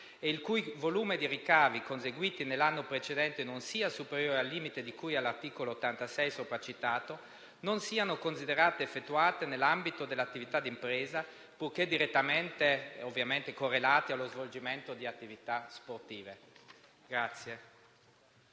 e il cui volume di ricavi conseguiti nell'anno precedente non sia superiore al limite di cui all'articolo 86 sopracitato - non siano considerate effettuate nell'ambito dell'attività di impresa, purché direttamente correlate allo svolgimento di attività sportive.